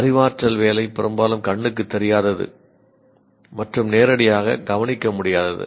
அறிவாற்றல் வேலை பெரும்பாலும் கண்ணுக்கு தெரியாதது மற்றும் நேரடியாக கவனிக்க முடியாது